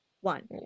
One